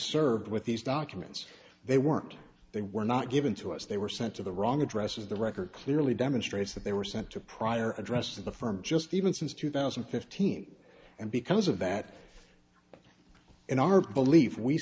served with these documents they weren't they were not given to us they were sent to the wrong addresses the record clearly demonstrates that they were sent to a prior address of the firm just even since two thousand and fifteen and because of that in our belief